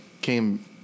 came